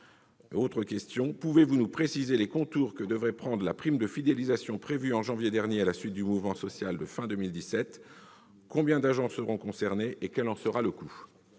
pénitentiaires ? Pouvez-vous nous préciser les contours que devrait prendre la prime de fidélisation annoncée en janvier dernier à la suite du mouvement social de la fin de 2017 ? Combien d'agents seront concernés ? Quel en sera le coût ?